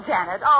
Janet